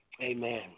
Amen